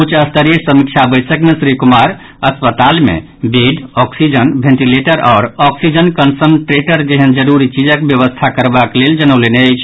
उच्चस्तरीय समीक्षा बैसक मे श्री कुमार अस्पताल मे बेड ऑक्सीजन वेंटीलेटर आओर ऑक्सीजन कंसंट्रेटर जेहेन जरूरी चीजक व्यवस्था करबाक लेल जनौलनि अछि